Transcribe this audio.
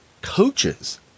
coaches